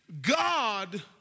God